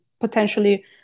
potentially